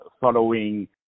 following